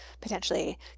potentially